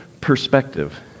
perspective